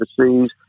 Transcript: overseas